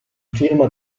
firma